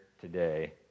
today